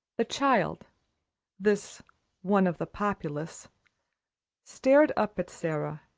the child this one of the populace stared up at sara,